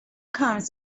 comes